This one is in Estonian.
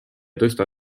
tõsta